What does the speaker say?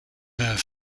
her